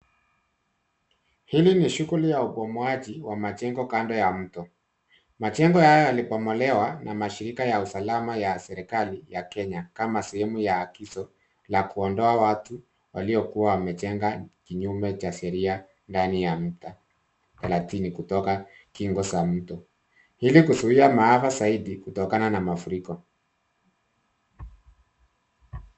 Hili ni shughuli ya ubomoaji wa majengo kando ya mto. Majengo haya yanabomolewa na mashirika ya usalama ya serekali ya Kenya kama sehemu ya agizo la kuondoa watu waliokuwa wamejenga kinyume cha sheria ndani ya mtaa thelathini kutoka kingo za mto ili kuzuia maafa zaidi kutokana na mafuriko.